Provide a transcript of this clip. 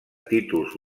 títols